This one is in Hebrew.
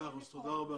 מאה אחוז, תודה רבה.